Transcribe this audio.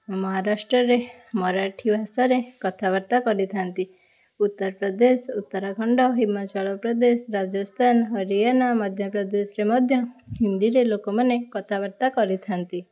ମହାରାଷ୍ଟ୍ରରେ ମରାଠୀ ଭାଷାରେ କଥାବାର୍ତ୍ତା କରିଥାନ୍ତି ଉତ୍ତରପ୍ରଦେଶ ଉତ୍ତରାଖଣ୍ଡ ହିମାଚଳ ପ୍ରଦେଶ ରାଜସ୍ଥାନ ହରିୟାନା ମଧ୍ୟପ୍ରଦେଶରେ ମଧ୍ୟ ହିନ୍ଦୀରେ ଲୋକମାନେ କଥାବାର୍ତ୍ତା କରିଥାନ୍ତି